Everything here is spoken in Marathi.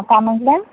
काय म्हटला